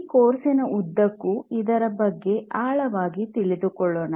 ಈ ಕೋರ್ಸಿನ ಉದ್ದಕ್ಕೂ ಇದರ ಬಗ್ಗೆ ಆಳವಾಗಿ ತಿಳಿದುಕೊಳ್ಳೋಣ